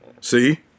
See